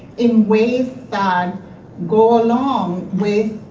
in ways that go along with